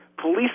police